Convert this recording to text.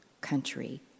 country